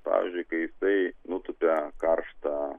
pavyzdžiui kai jisai nutupia karštą